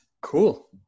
Cool